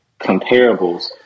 comparables